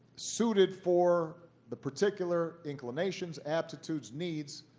suited for the particular inclinations, aptitudes, needs,